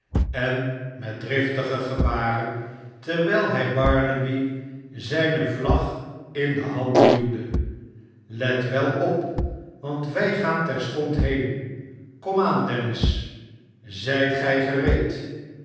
en met driftige gebaren terwijl hij barnaby zijne vlag m de hand duwde let wel op want wij gaan terstond heen kom aan dennis zijt gij gereed